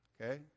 Okay